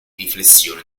riflessione